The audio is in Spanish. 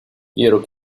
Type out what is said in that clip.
quiero